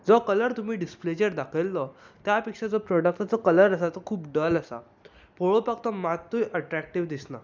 जो कलर तुमी डिसप्लेचेर दाखयल्लो त्या पेक्षा जो त्या प्रॉडक्टाचो कलर आसा तो खूब डल आसा पळोवपाक तो मात्तूय अट्रेकटीव दिसना